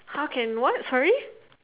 how can what sorry